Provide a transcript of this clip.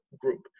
group